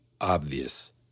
obvious